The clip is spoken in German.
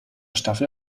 staffel